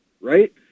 Right